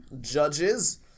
Judges